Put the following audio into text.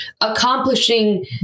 accomplishing